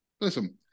Listen